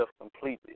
completely